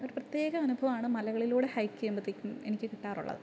ഒരു പ്രത്യേക അനുഭവമാണ് മലകളിലൂടെ ഹൈക്ക് ചെയ്യുമ്പത്തേക്കും എനിക്ക് കിട്ടാറുള്ളത്